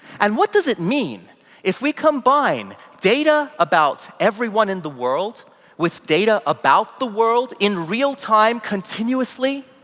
and what does it mean if we combine data about everyone in the world with data about the world in real time continuously?